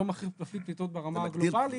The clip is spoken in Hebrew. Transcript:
זה לא מפחית פליטות ברמה הגלובלית,